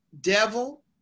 devil